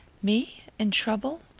me? in trouble?